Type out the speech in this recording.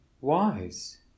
wise